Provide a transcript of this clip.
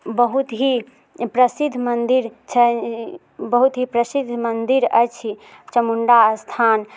बहुत ही प्रसिद्ध मन्दिर छनि बहुत ही प्रसिद्ध मन्दिर अछि चामुण्डा स्थान